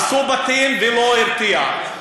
הרסו בתים, ולא הרתיע,